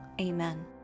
Amen